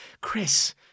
chris